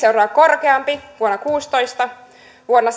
euroa korkeampi vuonna kaksituhattakuusitoista ja vuonna